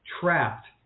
trapped